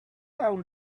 down